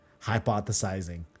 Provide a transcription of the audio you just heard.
hypothesizing